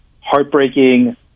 heartbreaking